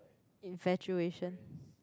infatuation